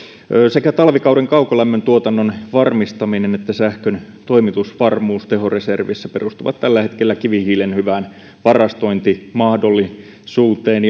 sekä talvikauden kaukolämmöntuotannon varmistaminen että sähkön toimitusvarmuus tehoreservissä perustuvat tällä hetkellä kivihiilen hyvään varastointimahdollisuuteen